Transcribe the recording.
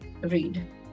read